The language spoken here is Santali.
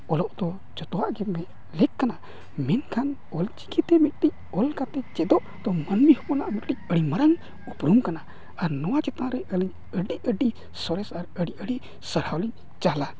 ᱚᱞᱚᱜ ᱫᱚ ᱡᱚᱛᱚᱣᱟᱜ ᱜᱮ ᱞᱮᱹᱠ ᱠᱟᱱᱟ ᱢᱮᱱᱠᱷᱟᱱ ᱚᱞᱪᱤᱠᱤ ᱛᱮ ᱢᱤᱫᱴᱤᱡ ᱚᱞ ᱠᱟᱛᱮᱫ ᱪᱮᱫᱚᱜ ᱫᱚ ᱢᱟᱹᱱᱢᱤ ᱦᱚᱯᱚᱱᱟᱜ ᱢᱤᱫᱴᱤᱡ ᱟᱹᱰᱤ ᱢᱟᱨᱟᱝ ᱩᱯᱨᱩᱢ ᱠᱟᱱᱟ ᱟᱨ ᱱᱚᱣᱟ ᱪᱮᱛᱟᱱ ᱨᱮ ᱟᱹᱰᱤ ᱟᱹᱰᱤ ᱥᱚᱨᱮᱥ ᱟᱨ ᱟᱹᱰᱤ ᱟᱹᱰᱤ ᱥᱟᱨᱦᱟᱣ ᱞᱤᱧ ᱪᱟᱞᱟ